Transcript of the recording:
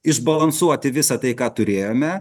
išbalansuoti visą tai ką turėjome